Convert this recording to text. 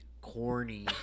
corny